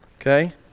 Okay